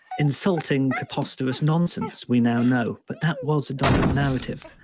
insulting preposterous nonsense we now know, but that was a dominant narrative.